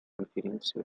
конференции